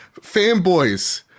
Fanboys